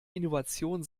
innovation